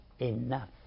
enough